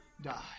die